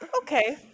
Okay